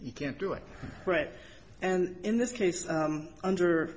you can't do it right and in this case under under